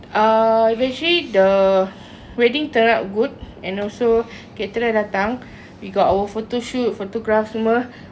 uh eventually the wedding turn out good and also caterer datang we got our photoshoot photographs semua